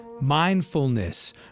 mindfulness